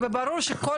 וברור שכל